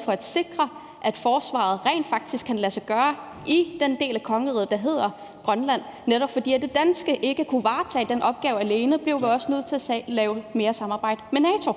for bl.a. at sikre, at et forsvar rent faktisk kan lade sig gøre i den del af kongeriget, der hedder Grønland. Netop fordi det danske ikke kunne varetage den opgave alene, blev vi også nødt til at samarbejde mere med NATO.